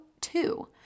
two